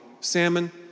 salmon